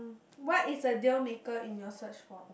what is a deal maker in your search for